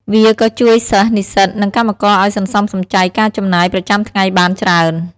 វាក៏ជួយសិស្ស និស្សិត និងកម្មករឱ្យសន្សំសំចៃការចំណាយប្រចាំថ្ងៃបានច្រើន។